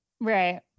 Right